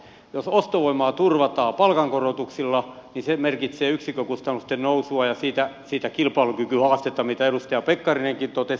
jos ostovoimaa turvataan palkankorotuksilla niin se merkitsee yksikkökustannusten nousua ja siitä sitä kilpailukykyastetta mitä edustaja pekkarinenkin totesi